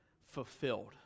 fulfilled